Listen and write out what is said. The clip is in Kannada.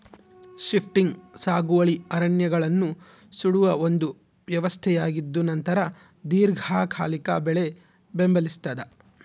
ಶಿಫ್ಟಿಂಗ್ ಸಾಗುವಳಿ ಅರಣ್ಯಗಳನ್ನು ಸುಡುವ ಒಂದು ವ್ಯವಸ್ಥೆಯಾಗಿದ್ದುನಂತರ ದೀರ್ಘಕಾಲಿಕ ಬೆಳೆ ಬೆಂಬಲಿಸ್ತಾದ